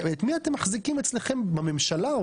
את מי אתם מחזיקים אצלכם בממשלה?